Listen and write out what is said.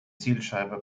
zielscheibe